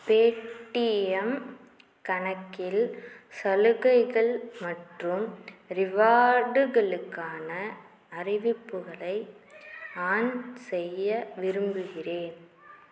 Paytm கணக்கில் சலுகைகள் மற்றும் ரிவார்டுகளுக்கான அறிவிப்புகளை ஆன் செய்ய விரும்புகிறேன்